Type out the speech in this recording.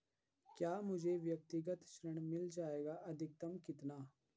क्या मुझे व्यक्तिगत ऋण मिल जायेगा अधिकतम कितना?